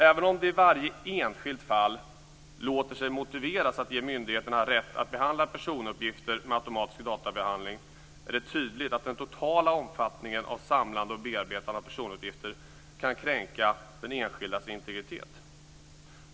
Även om det i varje enskilt fall låter sig motiveras att ge myndigheterna rätt att behandla personuppgifter med automatisk databehandling är det tydligt att den totala omfattningen av samlande och bearbetande av personuppgifter kan kränka den enskildes integritet.